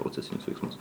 procesinius veiksmus